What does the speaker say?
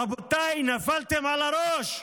רבותיי, נפלתם על הראש.